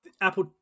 Apple